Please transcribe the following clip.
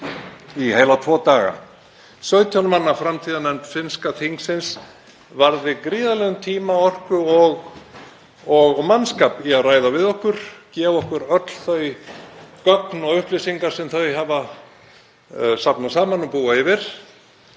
í heila tvo daga, 17 manna framtíðarnefnd finnska þingsins varði gríðarlegum tíma, orku og mannskap í að ræða við okkur, gefa okkur öll þau gögn og upplýsingar sem þau hafa safnað saman og búa yfir.